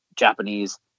Japanese